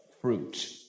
fruit